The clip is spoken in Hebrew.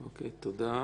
תודה.